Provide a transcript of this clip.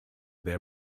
their